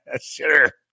sure